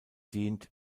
dient